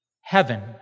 heaven